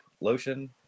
lotion